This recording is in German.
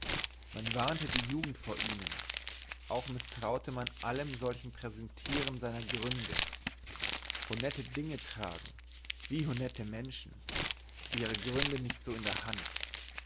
man warnte die jugend vor ihnen auch misstraute man allein solchen präsentiren seiner gründe honnette dinge tragen wie honnette menschen ihre gründe nicht so in der hand